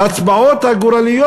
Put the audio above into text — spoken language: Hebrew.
בהצבעות הגורליות.